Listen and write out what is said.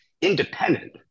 independent